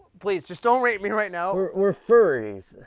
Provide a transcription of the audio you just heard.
please just don't rape me right now. we're furries.